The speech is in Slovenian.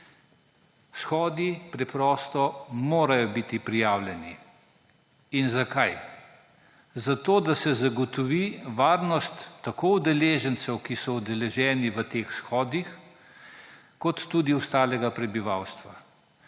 Shodi preprosto morajo biti prijavljeni. Zakaj? Zato da se zagotovi varnost tako udeležencev, ki so udeleženi v teh shodih, kot tudi ostalega prebivalstva.